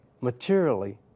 materially